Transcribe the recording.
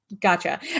Gotcha